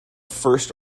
first